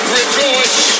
rejoice